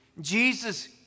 Jesus